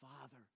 Father